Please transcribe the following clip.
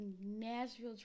Nashville